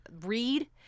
read